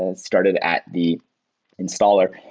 ah started at the installer,